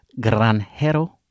Granjero